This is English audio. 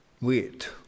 wait